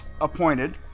appointed